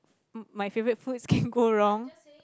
my favorite foods can go wrong